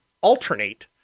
alternate